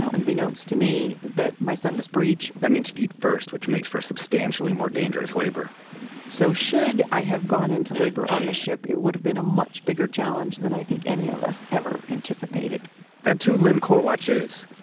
ah unbeknownst to me, that my son was breach that means feet-first, which makes for a substantially more dangerous labor so, should i have gone into labor on the ship, it would've been a much bigger challenge than i think any of us ever anticipated that's who lynn korwatch is,